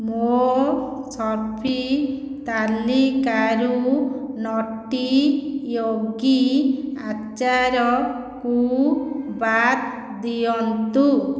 ମୋ' ଶପିଂ ତାଲିକାରୁ ନଟି ୟୋଗୀ ଆଚାରକୁ ବାଦ୍ ଦିଅନ୍ତୁ